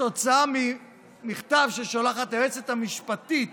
כתוצאה ממכתב ששולחת היועצת המשפטית